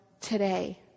today